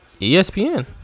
ESPN